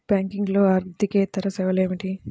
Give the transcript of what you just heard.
బ్యాంకింగ్లో అర్దికేతర సేవలు ఏమిటీ?